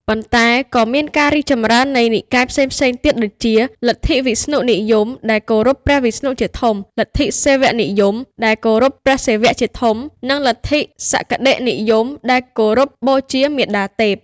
ប៉ុន្តែក៏មានការរីកចម្រើននៃនិកាយផ្សេងៗទៀត ដូចជា លទ្ធិវិស្ណុនិយម ដែលគោរពព្រះវិស្ណុជាធំ លទ្ធិសិវនិយម ដែលគោរពព្រះសិវៈជាធំ និង លទ្ធិសក្តិនិយម ដែលគោរពបូជាមាតាទេព។